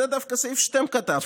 זה דווקא סעיף שאתם כתבתם,